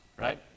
Right